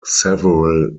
several